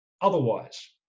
Otherwise